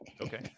okay